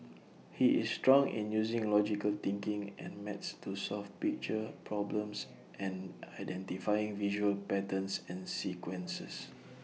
he is strong in using logical thinking and maths to solve picture problems and identifying visual patterns and sequences